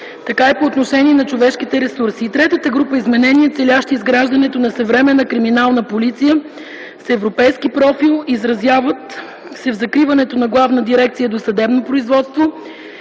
така и по отношение на човешките ресурси; 3. Изменения, целящи изграждането на съвременна криминална полиция с европейски профил – изразяват се в закриването на Главна дирекция „Досъдебно производство”